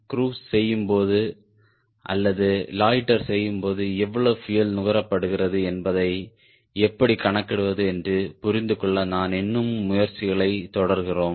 cruise செய்யும்போது அல்லது loiter செய்யும்போது எவ்வளவு பியூயல் நுகரப்படுகிறது என்பதை எப்படி கணக்கிடுவது என்று புரிந்துகொள்ள தான் இன்னும் முயற்சிகளை தொடர்கிறோம்